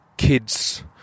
Kids